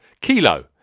Kilo